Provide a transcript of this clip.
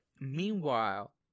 Meanwhile